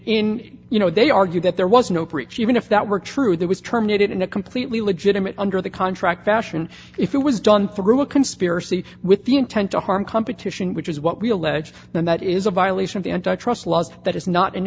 in you know they argue that there was no preach even if that were true that was terminated in a completely legitimate under the contract fashion if it was done through a conspiracy with the intent to harm competition which is what we allege then that is a violation of the antitrust laws that is not